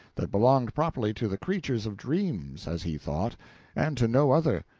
that belonged properly to the creatures of dreams as he thought and to no other.